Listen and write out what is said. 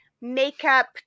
makeup